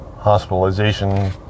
hospitalization